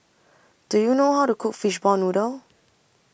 Do YOU know How to Cook Fishball Noodle